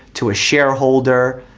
to a shareholder,